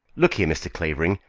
look here, mr. clavering,